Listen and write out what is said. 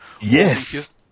Yes